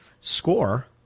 score